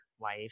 life